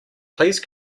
please